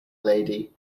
lady